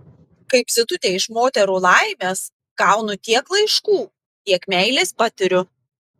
kaip zitutė iš moterų laimės gaunu tiek laiškų tiek meilės patiriu